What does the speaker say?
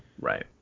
Right